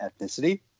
ethnicity